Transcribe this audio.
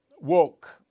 woke